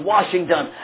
Washington